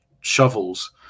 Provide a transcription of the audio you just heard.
shovels